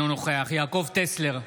נגד יעקב טסלר,